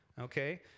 Okay